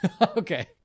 Okay